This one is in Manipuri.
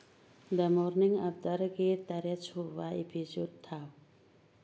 ꯗ ꯃꯣꯔꯅꯤꯡ ꯑꯐꯇꯔꯒꯤ ꯇꯔꯦꯠ ꯁꯨꯕ ꯏꯄꯤꯁꯣꯠ ꯊꯥꯎ